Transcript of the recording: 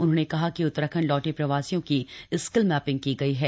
उन्होंने कहा कि उत्तराखण्ड लौटे प्रवासियों की स्किल मैपिंग की गई है